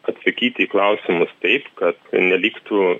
atsakyti į klausimus taip kad neliktų